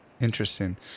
Interesting